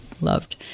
loved